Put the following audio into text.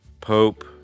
Pope